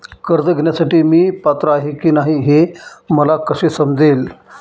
कर्ज घेण्यासाठी मी पात्र आहे की नाही हे मला कसे समजेल?